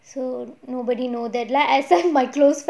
so nobody knows that lah except my close friends